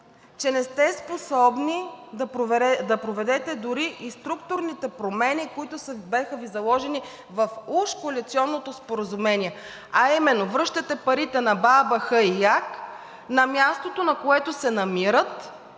че не сте способни да проведете дори и структурните промени, които бяха Ви заложени в уж коалиционното споразумение, а именно връщате парите на БАБХ и ИАГ на мястото, на което се намират,